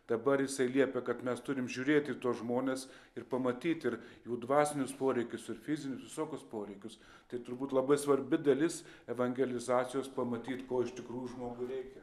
dabar jisai liepia kad mes turim žiūrėti į tuos žmones ir pamatyti ir jų dvasinius poreikius ir fizinius visokius poreikius tai turbūt labai svarbi dalis evangelizacijos pamatyt ko iš tikrųjų žmogui reikia